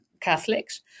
Catholics